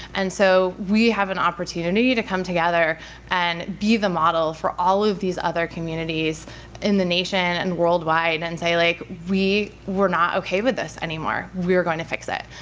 and so we have an opportunity to come together and be the model for all of these other communities in the nation and worldwide, and say like we're not ok with this anymore. we are going to fix it.